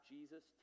Jesus